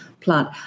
plant